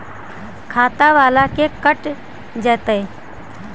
खाता बाला से कट जयतैय?